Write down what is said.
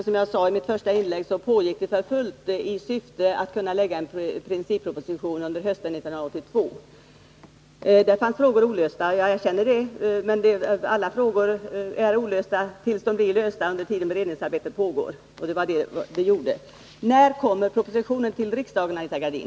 Som jag sade i mitt första inlägg, pågick det för fullt i syfte att vi skulle kunna lägga fram en principproposition under hösten 1982. Då fanns det olösta frågor, det erkänner jag. Men frågorna är ju olösta under den tid som beredningsarbetet pågår, och det pågick i det här fallet. När kommer propositionen till riksdagen, Anita Gradin?